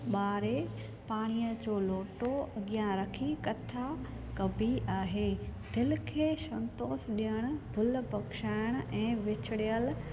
बारे पाणीअ जो लोटो अॻियां रखी कथा कबी आहे दिलि खे संतोष ॾियणु भुल भख़्शाइण ऐं विछुड़यल